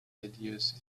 ideas